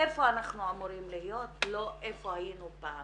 איפה אנחנו אמורים להיות, לא איפה היינו פעם.